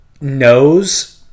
knows